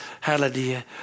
hallelujah